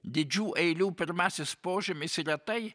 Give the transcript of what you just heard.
didžių eilių pirmasis požymis yra tai